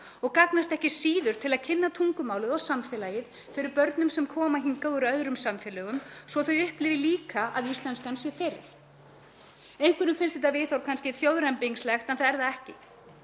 og gagnast ekki síður til að kynna tungumálið og samfélagið fyrir börnum sem koma hingað úr öðrum samfélögum svo þau upplifi líka að íslenskan sé þeirra. Einhverjum finnst þetta viðhorf kannski þjóðrembingslegt en það er það ekki.